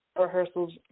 rehearsals